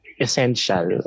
essential